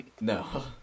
no